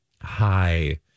Hi